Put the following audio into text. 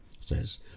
says